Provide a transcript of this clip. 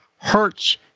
hurts